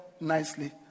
nicely